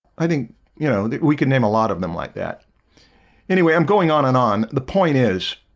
i think you know that we can name a lot of them like that anyway, i'm going on and on the point is